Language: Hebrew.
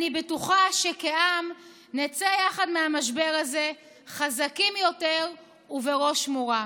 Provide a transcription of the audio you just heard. אני בטוחה שכעם נצא יחד מהמשבר הזה חזקים יותר ובראש מורם.